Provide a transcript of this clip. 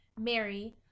Mary